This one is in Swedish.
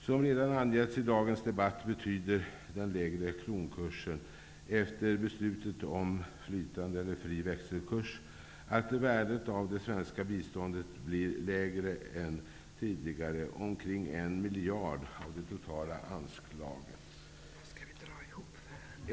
Som redan har angetts i dagens debatt, betyder den lägre kronkursen, efter beslutet om flytande eller fri växelkurs, att värdet av det svenska biståndet blir lägre än tidigare, omkring 1 miljard av det totala anslaget.